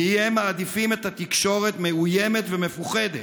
כי הם מעדיפים את התקשורת מאוימת ומפוחדת.